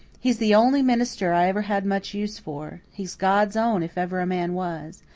he's the only minister i ever had much use for. he's god's own if ever a man was.